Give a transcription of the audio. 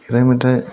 खेराइ मेथाइ